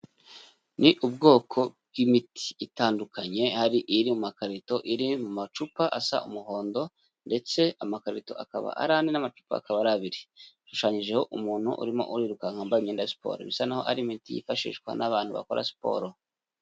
Ni ubwoko bw'imiti itandukanye hari iri mu makarito iri mu macupa asa umuhondo, ndetse amakarito akaba ari ane n'amacupa akaba ari abiri, ishushanyijeho umuntu urimo uriruka wambaye imyenda ya siporo, bisa naho ari imiti yifashishwa n'abantu bakora siporo.